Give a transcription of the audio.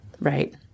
right